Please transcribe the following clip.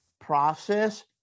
process